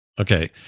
Okay